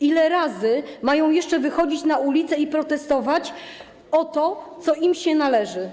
Ile razy mają jeszcze wychodzić na ulice i protestować, domagać się tego, co im się należy?